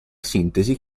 sintesi